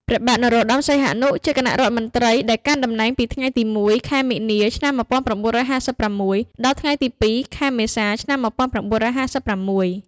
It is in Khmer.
ព្រះបាទនរោត្តម សីហនុ ជាគណៈរដ្ឋមន្ត្រីដែលកាន់តំណែងពីថ្ងៃទី១ ខែមីនា ឆ្នាំ១៩៥៦ ដល់ថ្ងៃទី ២ ខែមេសា ឆ្នាំ១៩៥៦។